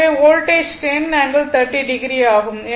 எனவே voltage 10 ∠30o ஆகும்